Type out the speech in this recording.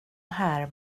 här